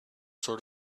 sort